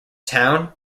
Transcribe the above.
town